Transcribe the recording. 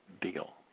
deal